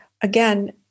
again